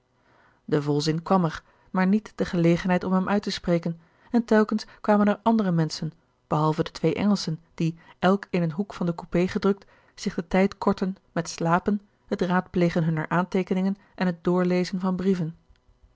de volzin kwam er maar niet de gelegenheid om hem uit te spreken en telkens kwamen er andere menschen behalve de twee engelschen die elk in een hoek van de coupé gedrukt zich den tijd kortten met slapen het raadplegen hunner aanteekeningen en het doorlezen van brieven